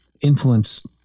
influence